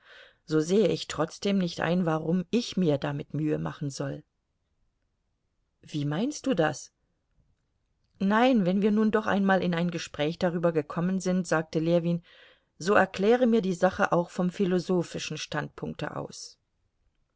so sehe ich trotzdem nicht ein warum ich mir damit mühe machen soll wie meinst du das nein wenn wir nun doch einmal in ein gespräch darüber gekommen sind sagte ljewin so erkläre mir die sache auch vom philosophischen standpunkte aus